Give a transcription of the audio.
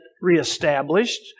reestablished